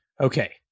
Okay